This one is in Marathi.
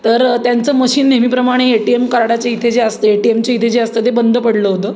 तर त्यांचं मशीन नेहमीप्रमाणे ए टी एम कार्डाचे इथे जे असतं ए टी एमचे इथे जे असतं ते बंद पडलं होतं